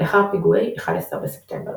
לאחר פיגועי 11 בספטמבר